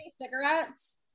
cigarettes